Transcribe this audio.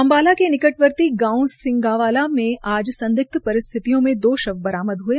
अम्बाला के निकटवर्ती गांव सिंगावाला में आज संदिग्ध परिस्थितियों में दो शव बरामद हये